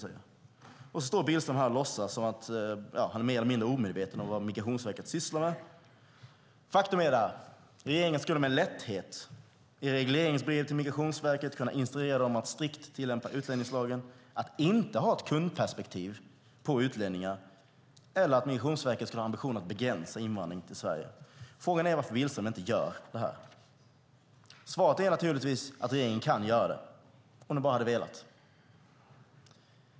Sedan står Billström här och är mer eller mindre omedveten om vad Migrationsverket sysslar med. Faktum är att regeringen i regleringsbrev till Migrationsverket med lätthet skulle kunna instruera dem att strikt tillämpa utlänningslagen, att inte ha ett kundperspektiv på utlänningar eller att Migrationsverket ska ha ambitionen att begränsa invandringen till Sverige. Frågan är varför Billström inte gör det. Svaret är naturligtvis att regeringen kan göra det om man bara vill.